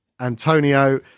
Antonio